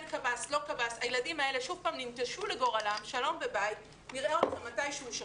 הילדים האלה ננטשו לגורלם ונראה אתכם מתי שהוא.